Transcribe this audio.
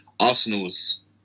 Arsenal's